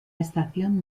estación